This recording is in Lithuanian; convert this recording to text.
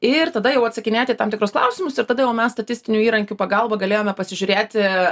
ir tada jau atsakinėti į tam tikrus klausimus ir tada jau mes statistinių įrankių pagalba galėjome pasižiūrėti